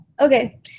Okay